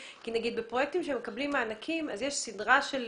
בפרויקטים שמקבלים מענקים, יש סדרה של